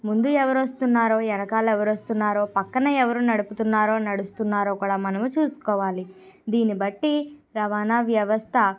ముందు ఎవరు వస్తున్నారో వెనకాల ఎవరు వస్తున్నారో పక్కన ఎవరు నడుస్తున్నారో నడుపుతున్నారో కూడా మనము చూసుకోవాలి దీన్ని బట్టి రవాణా వ్యవస్థ